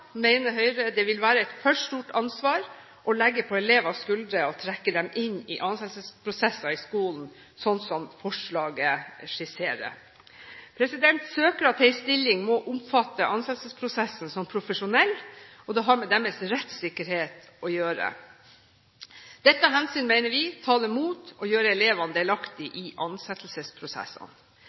Høyre det vil være et for stort ansvar å legge på elevers skuldre å trekke dem inn i ansettelsesprosesser i skolen, slik som forslaget skisserer. Søkere til en stilling må oppfatte ansettelsesprosessen som profesjonell. Det har med deres rettssikkerhet å gjøre. Dette hensyn mener vi taler mot å gjøre elevene delaktige i ansettelsesprosessene.